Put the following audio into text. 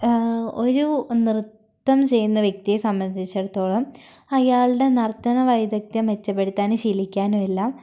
ഒരു നൃത്തം ചെയ്യുന്ന വ്യക്തിയെ സംബന്ധിച്ചിടത്തോളം അയാളുടെ നര്ത്തന വൈദഗ്ദ്ധ്യം മെച്ചപ്പെടുത്താനും ശീലിക്കാനും എല്ലാം